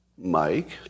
Mike